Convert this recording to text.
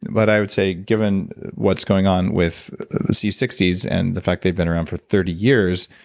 but i would say, given what's going on with c sixty s, and the fact they've been around for thirty years,